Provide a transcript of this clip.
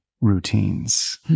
routines